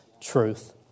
truth